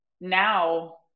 now